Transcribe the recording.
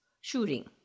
shooting